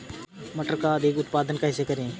मटर का अधिक उत्पादन कैसे करें?